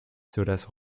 sodass